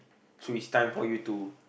so it's time for you to